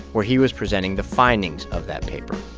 where he was presenting the findings of that paper